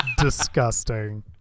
disgusting